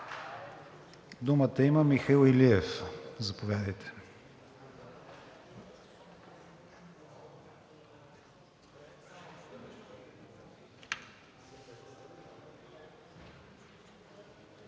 Думата има Михаил Илиев – заповядайте.